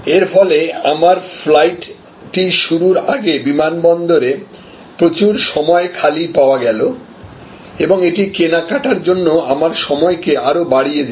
এর ফলে আমার ফ্লাইটটি শুরুর আগে বিমানবন্দরে প্রচুর সময় খালি পাওয়া গেল এবং এটি কেনাকাটার জন্য আমার সময়কে আরও বাড়িয়ে দিল